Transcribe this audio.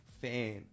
fan